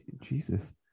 Jesus